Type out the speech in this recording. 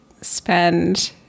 Spend